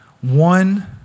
One